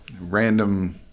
random